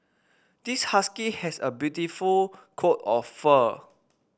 this husky has a beautiful coat of fur